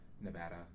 Nevada